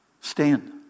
stand